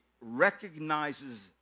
recognizes